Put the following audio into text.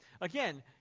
Again